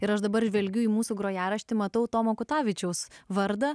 ir aš dabar žvelgiu į mūsų grojaraštį matau tomo kutavičiaus vardą